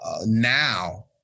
now